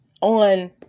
on